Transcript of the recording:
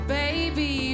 baby